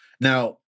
Now